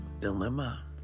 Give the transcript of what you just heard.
dilemma